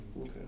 Okay